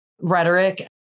rhetoric